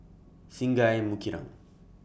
Singai Mukilan